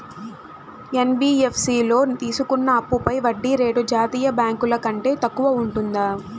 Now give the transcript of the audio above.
NBFC లో తీసుకున్న అప్పుపై వడ్డీ రేటు జాతీయ బ్యాంకు ల కంటే తక్కువ ఉంటుందా?